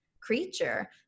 creature